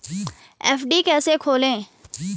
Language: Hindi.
एफ.डी कैसे खोलें?